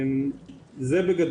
זה בגדול.